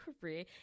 career